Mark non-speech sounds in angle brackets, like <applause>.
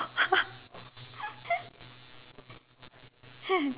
<laughs>